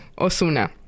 Osuna